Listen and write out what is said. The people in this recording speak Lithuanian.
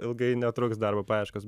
ilgai netruks darbo paieškos